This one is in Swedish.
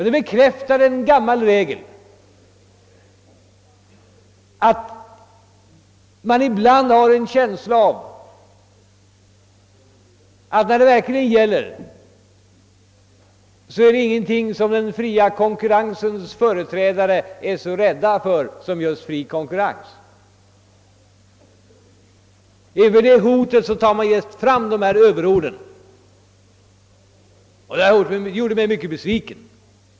Detta gav belägg för att när det verkligen gäller är det ingenting som den fria konkurrensens företrädare är så rädda för som just fri konkurrens. Inför det hotet tog man fram sådana här överord, vilket gjorde mig mycket besviken.